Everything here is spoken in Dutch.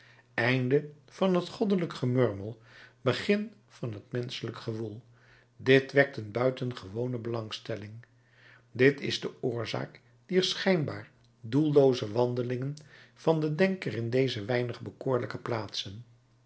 einde van het goddelijk gemurmel begin van het menschelijk gewoel dit wekt een buitengewone belangstelling dit is de oorzaak dier schijnbaar doellooze wandelingen van den denker in deze weinig bekoorlijke plaatsen